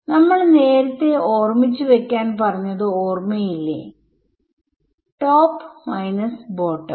നമ്മൾ നേരത്തെ ഓർമിച്ചു വെക്കാൻ പറഞ്ഞത് ഓർമയില്ലേ ടോപ് മൈനസ് ബോട്ടം